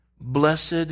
Blessed